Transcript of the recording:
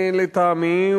לטעמי,